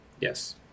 Yes